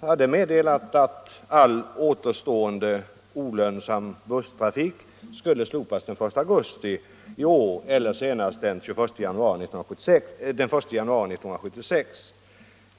hade meddelat att all återstående olönsam busstrafik skulle slopas den 1 augusti i år eller senast den 1 januari 1976.